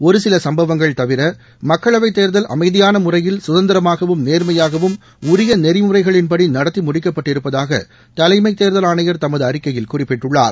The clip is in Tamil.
ஜரு சில சம்பவங்கள் தவிர மக்களவை தேர்தல் அமைதியான முறையில் கதரந்திரமாகவும் நேர்மையாகவும் உரிய நெறிமுறைகளின் படி நடத்தி முடிக்கப்பட்டிருப்பதாக தலைமை தேர்தல் ஆணையர் தமது அறிக்கையில் குறிப்பிட்டுள்ளார்